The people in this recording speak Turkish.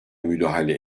müdahale